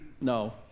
no